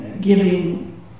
giving